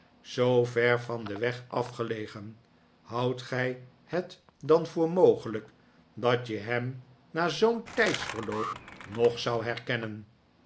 zoo ver van den weg afgelegen houdt gij het dan voor mogelijk dat je hem na zoo'n tijdsverloop nog zou herkennen